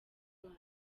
mwana